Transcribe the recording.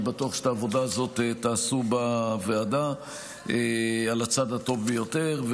אני בטוח שאת העבודה הזאת תעשו בוועדה על הצד הטוב ביותר.